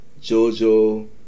Jojo